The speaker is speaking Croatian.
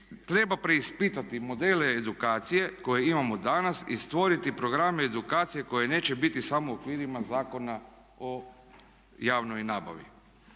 treba preispitati modele edukacije koje imamo danas i stvoriti programe edukacije koji neće biti samo u okvirima Zakona o javnoj nabavi.